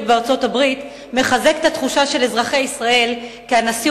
בארצות-הברית מחזק את התחושה של אזרחי ישראל כי הנשיא